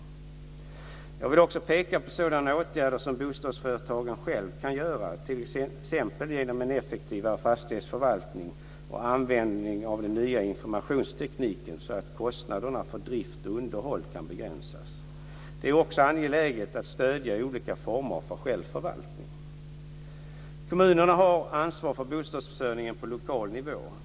Jag vill också peka på sådana åtgärder som bostadsföretagen själva kan göra, t.ex. genom en effektivare fastighetsförvaltning och användning av den nya informationstekniken, så att kostnaderna för drift och underhåll kan begränsas. Det är också angeläget att stödja olika former för självförvaltning. Kommunerna har ansvar för bostadsförsörjningen på lokal nivå.